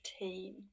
team